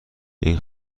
این